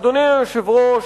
אדוני היושב-ראש,